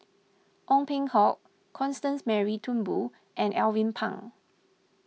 Ong Peng Hock Constance Mary Turnbull and Alvin Pang